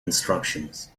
instructions